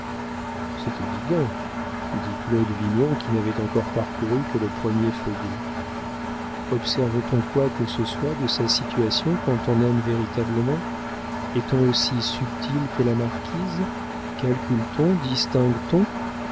c'est évident dit claude vignon qui n'avait encore parcouru que le premier feuillet observe t on quoi que ce soit de sa situation quand on aime véritablement est-on aussi subtil que la marquise calcule t on distingue t on